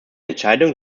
entscheidung